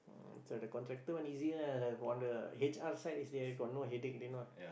mm the contractor one easy lah on the H_R side is they got no headache they not